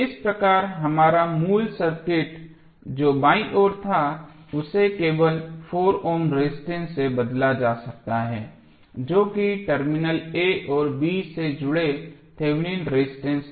इस प्रकार हमारा मूल सर्किट जो बाईं ओर था उसे केवल 4 ओम रेजिस्टेंस से बदला जा सकता है जो कि टर्मिनल a और b से जुड़े थेवेनिन रेजिस्टेंस है